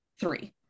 Three